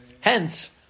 Hence